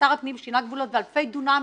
ששר הפנים שינה גבולות ואלפי דונמים